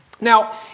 Now